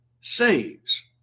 saves